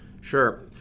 Sure